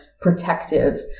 protective